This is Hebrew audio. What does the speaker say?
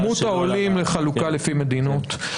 כמות העולים לחלוקה לפי מדינות,